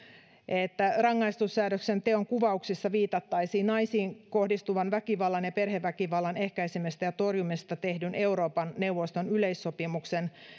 että rangaistussäädöksen teonkuvauksessa viitattaisiin naisiin kohdistuvan väkivallan ja perheväkivallan ehkäisemisestä ja torjumisesta tehdyn euroopan neuvoston yleissopimuksen